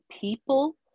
people